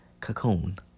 Cocoon